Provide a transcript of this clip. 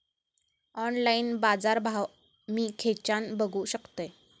Online बाजारभाव मी खेच्यान बघू शकतय?